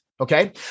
okay